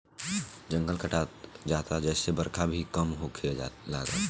जंगल कटात जाता जेसे बरखा भी कम होखे लागल